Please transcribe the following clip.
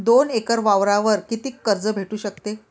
दोन एकर वावरावर कितीक कर्ज भेटू शकते?